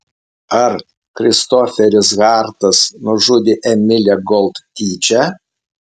ar kristoferis hartas nužudė emilę gold tyčia